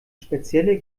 spezielle